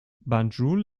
banjul